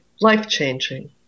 life-changing